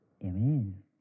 Amen